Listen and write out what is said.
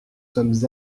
sommes